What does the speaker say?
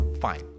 fine